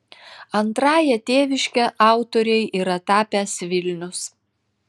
antrąja tėviške autorei yra tapęs vilnius